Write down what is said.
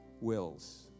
wills